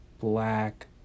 black